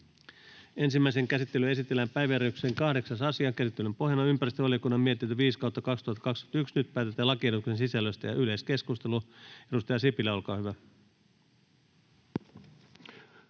Ensimmäiseen käsittelyyn esitellään päiväjärjestyksen 8. asia. Käsittelyn pohjana on ympäristövaliokunnan mietintö YmVM 5/2021 vp. Nyt päätetään lakiehdotuksen sisällöstä. — Yleiskeskustelu. Edustaja Sipilä, olkaa hyvä.